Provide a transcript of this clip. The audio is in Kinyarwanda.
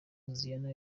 hoziana